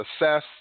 assess